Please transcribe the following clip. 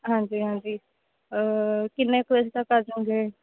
ਹਾਂਜੀ ਹਾਂਜੀ ਕਿੰਨੇ ਕੁ ਵਜੇ ਤੱਕ ਆ ਜੂੰਗੇ ਜਾਉਂਗੇ